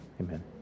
amen